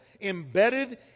embedded